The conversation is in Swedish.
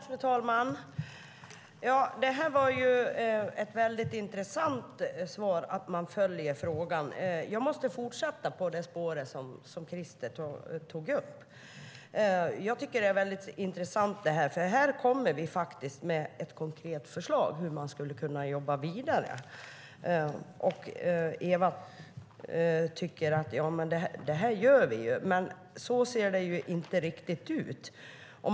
Fru talman! Det var ett intressant svar att man följer frågan. Jag måste fortsätta på det spår Christer tog upp. Jag tycker att det är väldigt intressant, för här kommer vi faktiskt med ett konkret förslag på hur man skulle kunna jobba vidare. Ewa tycker att de gör det, men så ser det inte riktigt ut.